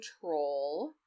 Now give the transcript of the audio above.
control